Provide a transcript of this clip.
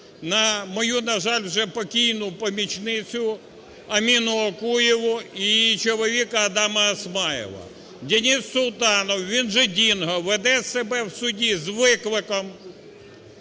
на мою, на жаль, вже покійну помічницю Аміну Окуєву і її чоловіка Адама Осмаєва. Денис Султанов, він же Дінго, веде себе в суді з викликом.